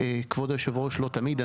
רגע, כבוד יושב הראש, לא תמיד.